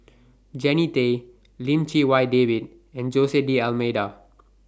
Jannie Tay Lim Chee Wai David and Jose D'almeida